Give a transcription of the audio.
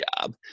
job